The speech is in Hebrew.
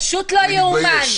פשוט לא יאומן.